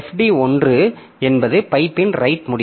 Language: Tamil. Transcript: fd 1 என்பது பைப்பின் ரைட் முடிவு